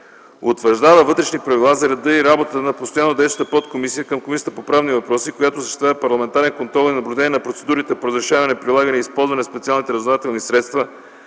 Утвърждава вътрешни правила за реда и работата на Постоянно действащата подкомисия към Комисията по правни въпроси, която осъществява парламентарен контрол и наблюдение на процедурите по разрешаване, прилагане и използване на специалните разузнавателни средства,